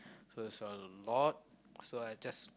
so it's a lot so I just